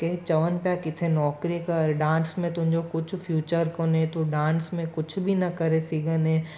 की चवनि पिया किथे नौकिरी कर डांस में तुंहिंजो कुझु फ्यूचर कोन्हे तूं डांस में कुझु बि न करे सघंदे